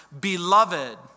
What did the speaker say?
Beloved